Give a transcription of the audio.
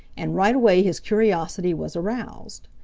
and right away his curiosity was aroused.